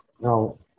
No